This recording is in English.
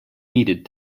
needed